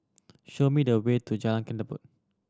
show me the way to Jalan Ketumbit